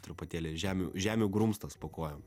truputėlį žemių žemių grumstas po kojom